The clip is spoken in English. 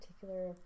particular